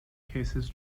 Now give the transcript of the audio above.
cases